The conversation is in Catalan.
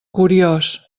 curiós